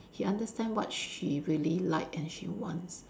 he understand what she really like and she wants